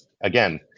again